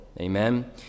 Amen